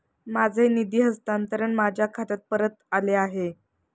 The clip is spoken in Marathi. माझे निधी हस्तांतरण माझ्या खात्यात परत आले आहे